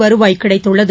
வருவாய் கிடைத்துள்ளது